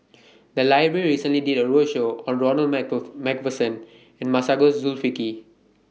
The Library recently did A roadshow on Ronald MacPherson and Masagos Zulkifli